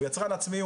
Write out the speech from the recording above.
הוא יצרן עצמי,